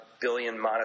billion